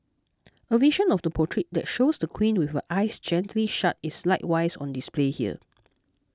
a version of the portrait that shows the Queen with her eyes gently shut is likewise on display here